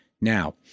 now